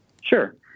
Sure